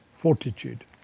fortitude